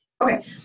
Okay